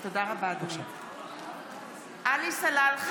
בעד שירלי פינטו